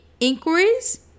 inquiries